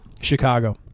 Chicago